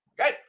okay